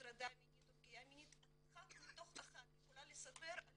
הטרדה או פגיעה מינית אחת מתוך אחת יכולה לספר על